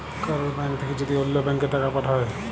কারুর ব্যাঙ্ক থাক্যে যদি ওল্য ব্যাংকে টাকা পাঠায়